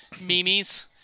memes